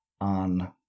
on